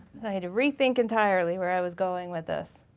i had to rethink entirely where i was going with this.